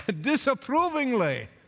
Disapprovingly